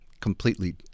completely